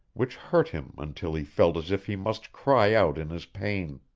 which hurt him until he felt as if he must cry out in his pain.